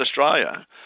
Australia